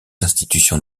institutions